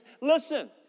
Listen